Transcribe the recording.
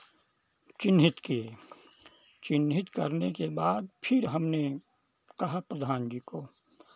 चिह्नित किए चिह्नित करने के बाद फिर हमने कहा प्रधान जी को